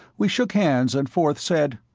we shook hands and forth said,